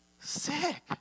Sick